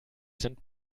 sind